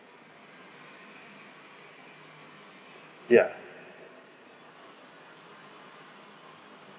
yeah